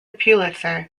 pulitzer